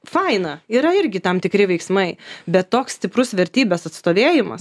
faina yra irgi tam tikri veiksmai bet toks stiprus vertybės atstovėjimas